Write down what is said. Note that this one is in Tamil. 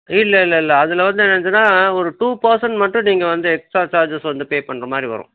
இல்லை இல்லை இல்லை அதில் வந்து இருந்துச்சுன்னா ஒரு டூ பர்சென்ட் மட்டும் நீங்கள் வந்து எக்ஸ்ட்ரா சார்ஜஸ் வந்து பே பண்ணுற மாதிரி வரும்